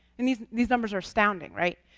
and these these numbers are astounding, right?